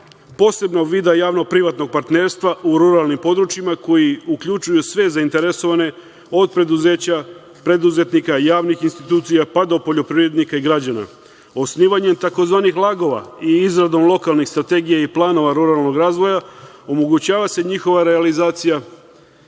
posebnog vida javno-privatnog partnerstva u ruralnim područjima koji uključuju sve zainteresovane od preduzeća, preduzetnika, javnih institucija, pa do poljoprivrednika i građana. Osnivanjem takozvanih lagova i izradom lokalnih strategija i planova ruralnog razvoja omogućava se njihova realizacija